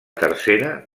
tercera